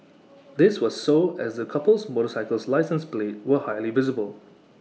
this was so as the couple's motorcycle license plates were highly visible